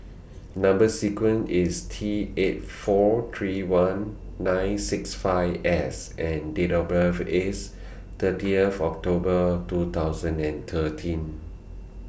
Number sequence IS T eight four three one nine six five S and Date of birth IS thirtieth October two thousand and thirteen